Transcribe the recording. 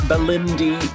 Belindy